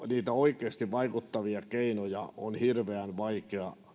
niitä oikeasti vaikuttavia keinoja on hirveän